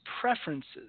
preferences